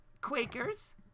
Quakers